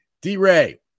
D-Ray